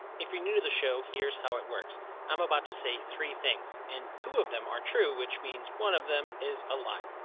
if you're new to the show, here's how it works i'm about to say three things and two of them are true, which means one of them is a lie.